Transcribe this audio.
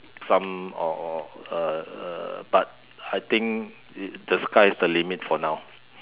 some or err but I think it the sky is the limit for now